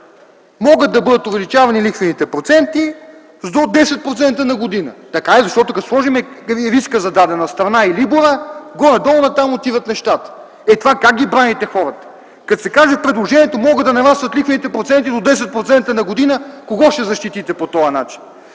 „могат да бъдат увеличавани лихвените проценти с до 10% на година”. Така е, защото, като сложим и риска за дадена страна, и либора, горе-долу натам отиват нещата. С това как браните хората? Като се каже в предложението: „могат да нарастват лихвените проценти с до 10% на година”, кого ще защитите по този начин?